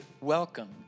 Welcome